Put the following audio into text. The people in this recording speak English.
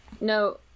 No